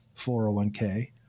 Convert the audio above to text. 401k